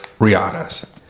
Rihanna's